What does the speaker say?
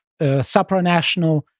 supranational